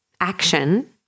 action